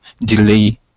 delay